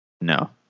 No